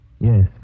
Yes